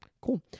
Cool